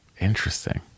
Interesting